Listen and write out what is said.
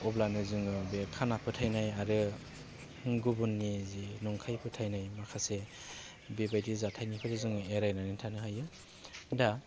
अब्लानो जोङो बे खाना फोथायनाय आरो गुबुननि जि नंखाय फोथायनाय माखासे बेबादि जाथायनिफ्राय जोङो एरायनानै थानो हायो दा